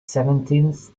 seventeenth